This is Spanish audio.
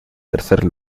tercer